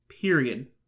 Period